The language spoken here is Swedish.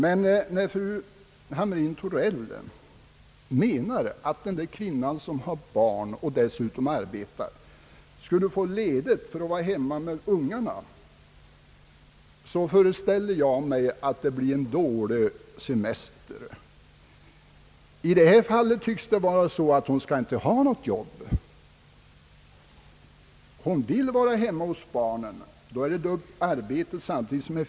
Men när fru Hamrin-Thorell menar att den kvinna som har barn och dessutom arbetar skulle få ledigt för att vara hemma tillsammans med barnen, föreställer jag mig att det skulle bli en dålig semester. I ett sådant fall tycks det vara så, att kvinnan inte skulle ha något arbete alls.